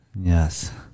Yes